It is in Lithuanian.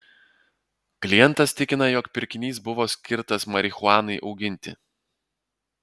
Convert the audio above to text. klientas tikina jog pirkinys buvo skirtas marihuanai auginti